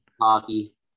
Hockey